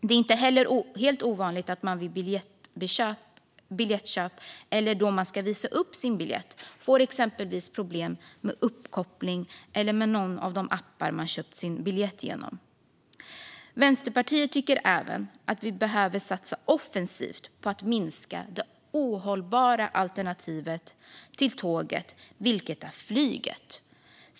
Det är inte heller helt ovanligt att man vid biljettköp eller när man ska visa upp sin biljett får problem med exempelvis uppkoppling eller med någon av de appar man köpt sin biljett genom. Vänsterpartiet tycker även att vi behöver satsa offensivt på att minska det ohållbara alternativet till tåget vilket är flyget.